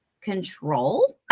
control